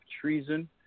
treason